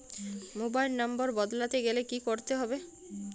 Mobile number বদলাতে গেলে কি করতে হবে?